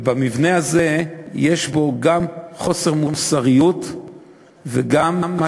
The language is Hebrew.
במבנה הזה יש גם חוסר מוסריות וגם מה